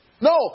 No